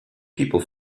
people